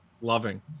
loving